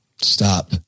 Stop